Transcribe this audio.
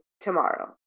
tomorrow